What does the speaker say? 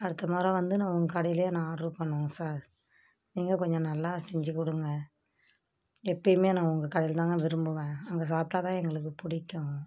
அடுத்த முறை வந்து நான் உங்க கடையிலையே நான் ஆர்ட்ரு பண்ணுவோங்க சார் நீங்கள் கொஞ்சம் நல்லா செஞ்சு கொடுங்க எப்போயுமே நான் உங்கள் கடையில் தாங்க விரும்புவேன் அங்கே சாப்பிட்டா தான் எங்களுக்கு பிடிக்கும்